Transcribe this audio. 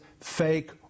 fake